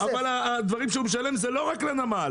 אבל הדברים שהוא משלם זה לא רק לנמל.